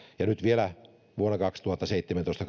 ja nyt vielä vuonna kaksituhattaseitsemäntoista